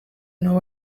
know